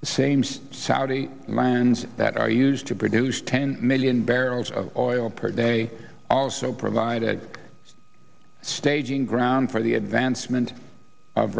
the same saudi lands that are used to produce ten million barrels of oil per day also provided a staging ground for the advancement of